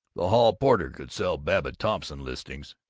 the hall-porter could sell babbitt-thompson listings!